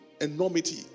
enormity